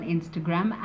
Instagram